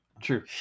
true